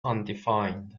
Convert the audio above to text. undefined